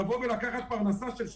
אנחנו שומעים אמרות נגד הגילדות של העסקים,